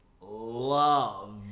love